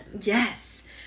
Yes